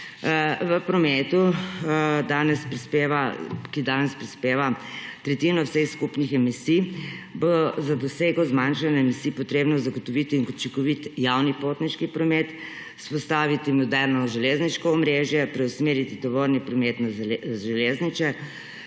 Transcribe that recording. V prometu, ki danes prispeva tretjino vseh skupnih emisij, bo za dosego zmanjšanja emisij potrebno zagotoviti učinkovit javni potniški promet, vzpostaviti moderno železniško omrežje, preusmeriti tovorni promet na železnice,